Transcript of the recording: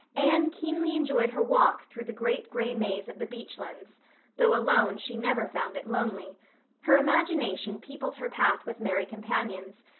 anne keenly enjoyed her walk through the great gray maze of the beechlands though alone she never found it lonely her imagination peopled her path with merry companions,